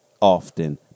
often